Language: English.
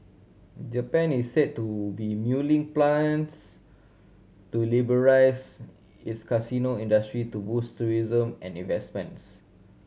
Japan is said to be mulling plans to liberalise its casino industry to boost tourism and investments